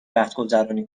وقتگذرانی